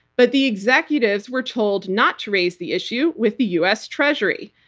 but the executives were told not to raise the issue with the us treasury.